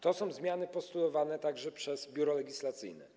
To są zmiany postulowane także przez Biuro Legislacyjne.